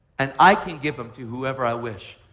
and i can give them to whoever i wish.